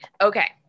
okay